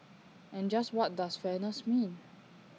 and just what does fairness mean